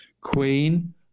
Queen